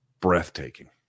breathtaking